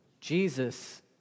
Jesus